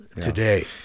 today